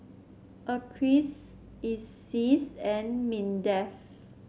Acres Iseas and Mindef